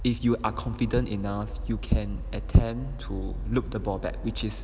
if you are confident enough you can attempt to loop the ball back which is